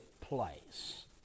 place